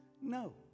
No